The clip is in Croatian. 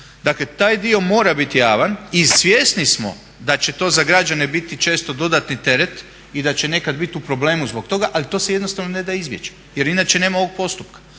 Dakle, taj dio mora biti javan. I svjesni smo da će to za građane biti često dodatni teret i da će nekad biti u problemu zbog toga, ali to se jednostavno ne da izbjeći. Jer inače nema ovog postupka.